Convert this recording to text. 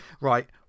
Right